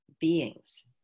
beings